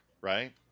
right